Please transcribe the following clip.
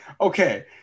okay